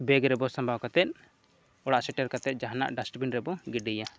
bag ᱨᱮᱵᱚᱱ ᱥᱟᱢᱵᱟᱣ ᱠᱟᱛᱮᱫ ᱚᱲᱟᱜ ᱥᱮᱴᱮᱨ ᱠᱟᱛᱮᱫ ᱡᱟᱦᱟᱱᱟᱜ ᱰᱟᱥᱴᱵᱤᱱ ᱨᱮᱵᱚᱱ ᱜᱤᱰᱤᱭᱟ